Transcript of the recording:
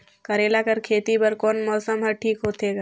करेला कर खेती बर कोन मौसम हर ठीक होथे ग?